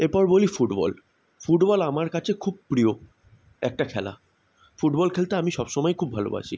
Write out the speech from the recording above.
এরপর বলি football football আমার কাছে খুব প্রিয় একটা খেলা ফুটবল খেলতে আমি সব সময় খুব ভালোবাসি